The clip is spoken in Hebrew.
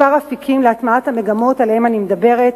אפיקים להטמעת המגמות שעליהן אני מדברת.